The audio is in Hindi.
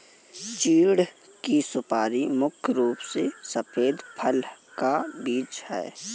चीढ़ की सुपारी मुख्य रूप से सफेद फल का बीज है